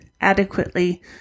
adequately